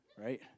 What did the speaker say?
right